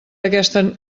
aquesta